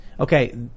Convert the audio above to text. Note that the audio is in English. Okay